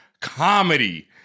comedy